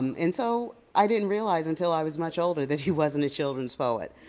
um and so i didn't realize until i was much older that he wasn't a children's poet.